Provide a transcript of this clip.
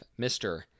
mr